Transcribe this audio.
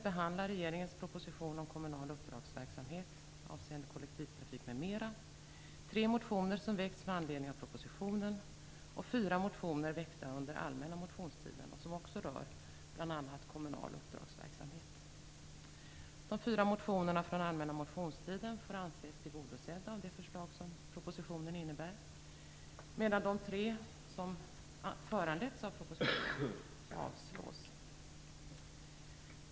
Jag vill börja med att yrka bifall till De fyra motionerna från allmänna motionstiden får anses tillgodosedda av de förslag som propositionen innebär, medan de tre som föranletts av propositionen avstyrks.